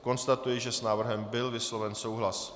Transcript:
Konstatuji, že s návrhem byl vysloven souhlas.